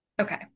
Okay